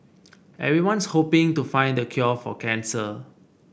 everyone's hoping to find the cure for cancer